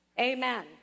Amen